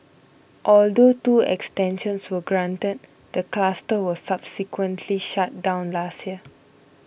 although two extensions were granted the cluster was subsequently shut down last year